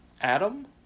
Adam